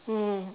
mm